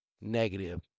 negative